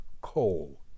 coal